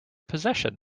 possession